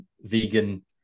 vegan